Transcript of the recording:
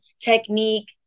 technique